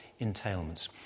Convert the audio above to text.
entailments